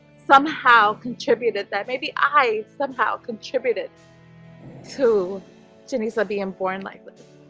somehow contributed that maybe i somehow contributed to jimmy sabean foreign language